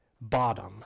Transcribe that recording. bottom